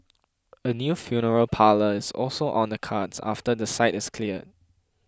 a new funeral parlour is also on the cards after the site is cleared